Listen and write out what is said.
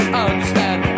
understand